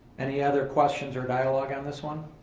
any other questions or dialogue on this one?